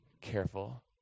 careful